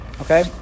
Okay